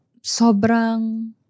sobrang